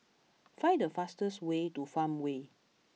find the fastest way to Farmway